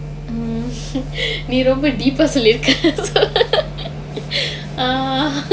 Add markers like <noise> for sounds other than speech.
<laughs> நீ ரொம்ப:nee romba deep ah சொல்லிருக்க:sollirukka err